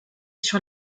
sur